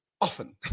often